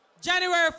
January